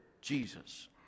Jesus